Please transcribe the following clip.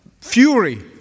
fury